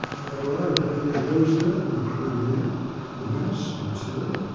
they arrived at theodosia on the crimea from whence, in turn,